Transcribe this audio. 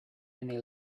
any